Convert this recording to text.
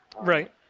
Right